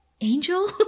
angel